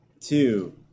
two